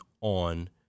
on